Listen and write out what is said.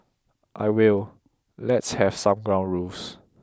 I will let's have some ground rules